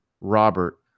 Robert